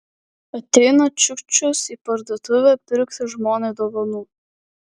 ateina čiukčius į parduotuvę pirkti žmonai dovanų